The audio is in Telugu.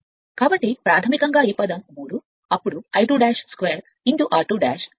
కాబట్టి ప్రాథమికంగా ఈ పదం 3 అప్పుడు I2 2 r2 అప్పుడు 1 S S సరైనది